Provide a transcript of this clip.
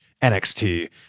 NXT